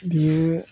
बियो